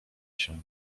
się